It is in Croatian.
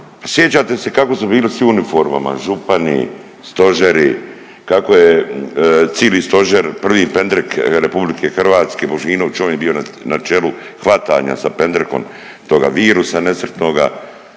Sjećate se kako su bili svi u uniformama, župani, stožeri kako je cili stožer prvi pendrek RH Božinović on je bio na čelu hvatanja sa pendrekom toga virusa nesritnoga.